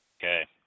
Okay